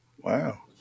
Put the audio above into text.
Wow